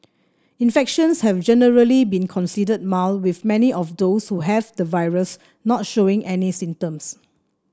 infections have generally been considered mild with many of those who have the virus not showing any symptoms